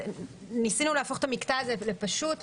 ניסינו להפוך את המקטע הזה לפשוט,